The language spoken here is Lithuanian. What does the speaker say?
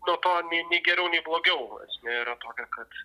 nuo to nei nei geriau nei blogiau esmė yra tokia kad